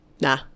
Nah